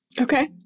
okay